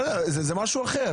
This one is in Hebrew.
אבל זה משהו אחר,